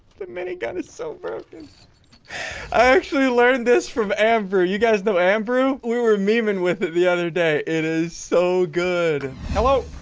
the minigun is so broken i actually learned this from ambrew. you guys know ambrew. ooh, we were memeing with it the other day it is so good hello,